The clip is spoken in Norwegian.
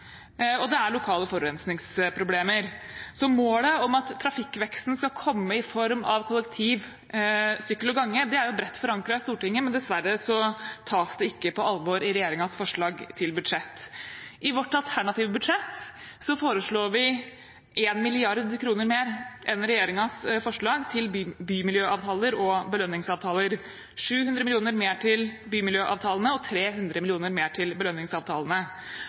og det er lokale forurensningsproblemer. Målet om at trafikkveksten skal komme i form av kollektiv, sykkel og gange, er bredt forankret i Stortinget, men dessverre tas det ikke på alvor i regjeringens forslag til budsjett. I vårt alternative budsjett foreslår vi 1 mrd. kr mer enn regjeringens forslag til bymiljøavtaler og belønningsavtaler – 700 mill. kr mer til bymiljøavtalene og 300 mill. kr mer til belønningsavtalene.